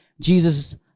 Jesus